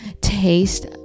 taste